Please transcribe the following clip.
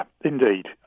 indeed